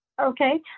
Okay